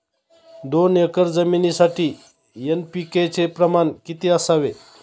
दोन एकर जमिनीसाठी एन.पी.के चे प्रमाण किती असावे?